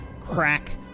crack